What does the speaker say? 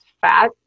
fat